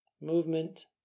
Movement